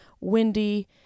windy